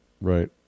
Right